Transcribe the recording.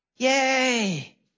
Yay